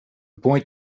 point